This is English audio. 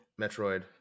Metroid